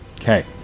Okay